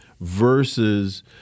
versus